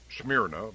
Smyrna